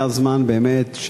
באמת,